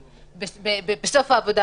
ובדרך כלל החלונות מותקנים בסוף העבודה,